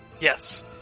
Yes